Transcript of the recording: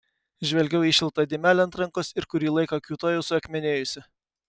žvelgiau į šiltą dėmelę ant rankos ir kurį laiką kiūtojau suakmenėjusi